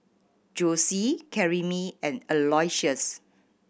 Jossie Karyme and Aloysius